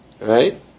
Right